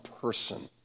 person